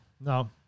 no